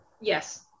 Yes